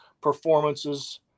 performances